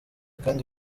kandi